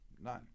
None